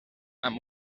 amb